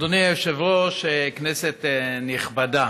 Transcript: אדוני היושב-ראש, כנסת נכבדה,